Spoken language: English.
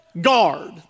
guard